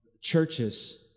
churches